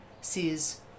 says